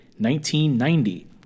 1990